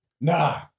Nah